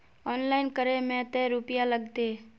Online करे में ते रुपया लगते?